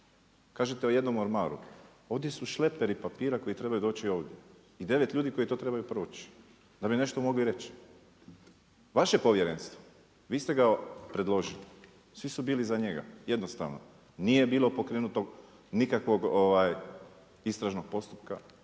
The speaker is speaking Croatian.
Kažete o jednom ormaru. Ovdje su šleperi papira koji trebaju doći ovdje i 9 ljudi koji to trebaju proći, da bi nešto mogli reći. Vaše povjerenstvo, vi ste ga predložili svi su bili za njega. Jednostavno nije bilo pokrenuto nikakvog istražnog postupka.